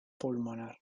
pulmonar